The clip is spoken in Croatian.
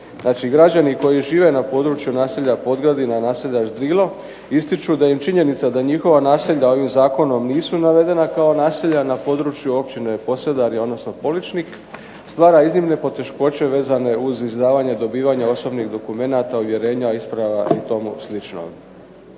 građani koji žive na području naselja POdgradina, naselja Ždirlo ističu da im činjenica da njihova naselja ovim zakonom nisu navedena kao naselja na području Općine Posedarje, odnosno Poličnik stvara iznimne poteškoće uz izdavanje i dobivanja osobnih dokumenata, uvjerenja, isprava i tomu slično.